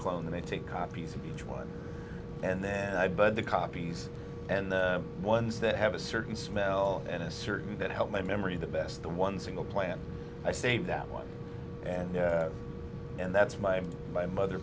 take copies of each one and then i but the copies and the ones that have a certain smell and a certain that help my memory the best the one single plant i save that life and and that's my my mother